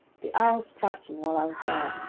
the hour striking while i was there,